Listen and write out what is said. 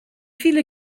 viele